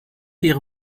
ihre